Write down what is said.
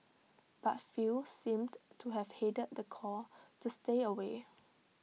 but few seemed to have heeded the call to stay away